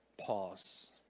pause